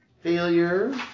Failure